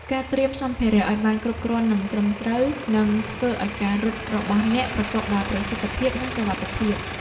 ការត្រៀមសម្ភារៈឱ្យបានគ្រប់គ្រាន់ និងត្រឹមត្រូវ នឹងធ្វើឱ្យការរត់របស់អ្នកប្រកបដោយប្រសិទ្ធភាព និងសុវត្ថិភាព។